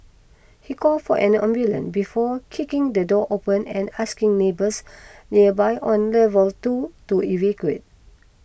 he call for an ambulance before kicking the door open and asking neighbours nearby on level two to evacuate